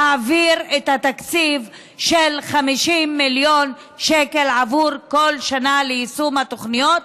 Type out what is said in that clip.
להעביר את התקציב של 50 מיליון שקל עבור כל שנה ליישום התוכניות